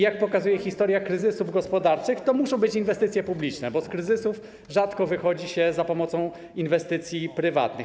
Jak pokazuje historia kryzysów gospodarczych, to muszą być inwestycje publiczne, bo z kryzysów rzadko wychodzi się za pomocą inwestycji prywatnych.